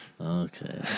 Okay